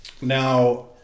Now